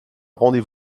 rendez